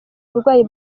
uburwayi